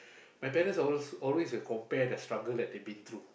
my parents always always will compare the struggle they'd been through